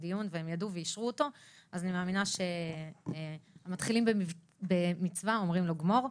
שהם אישרו אותו אז "המתחיל במצווה אומרים לו גמור".